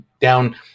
down